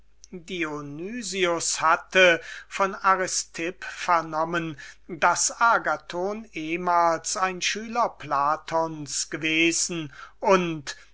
hatte vom aristipp in der stille vernommen daß agathon ehmals ein schüler platons gewesen und